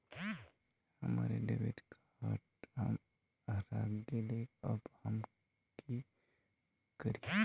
हमर debit card हरा गेले अब हम की करिये?